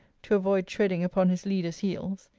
to avoid treading upon his leader's heels.